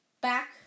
Back